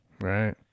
right